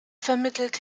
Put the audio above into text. vermittelt